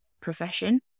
profession